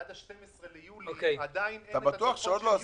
עד ה-12 ביולי עדיין אין את הדוחות של יוני.